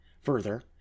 Further